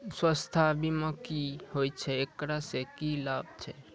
स्वास्थ्य बीमा की होय छै, एकरा से की लाभ छै?